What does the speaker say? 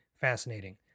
Fascinating